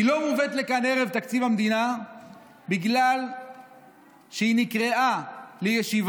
היא לא מובאת לכאן ערב תקציב המדינה בגלל שהיא נקראה לישיבה